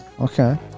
okay